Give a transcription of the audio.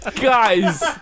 Guys